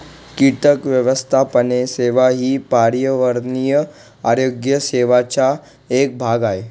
कीटक व्यवस्थापन सेवा ही पर्यावरणीय आरोग्य सेवेचा एक भाग आहे